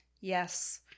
Yes